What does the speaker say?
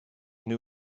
new